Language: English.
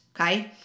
okay